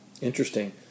Interesting